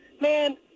Man